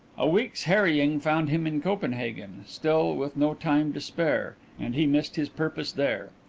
a week's harrying found him in copenhagen, still with no time to spare, and he missed his purpose there.